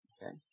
Okay